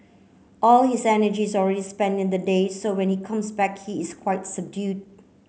all his energy is already spent in the day so when he comes back he is quite subdued